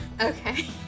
Okay